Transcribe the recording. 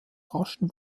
raschen